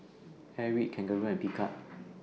Airwick Kangaroo and Picard